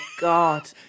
God